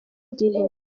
gihe